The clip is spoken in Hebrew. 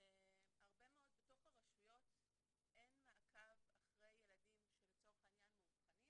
הרבה מאוד בתוך הרשויות אין מעקב אחרי ילדים שלצורך העניין מאובחנים